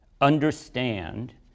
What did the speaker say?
understand